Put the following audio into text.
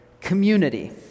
community